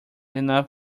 enough